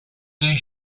dei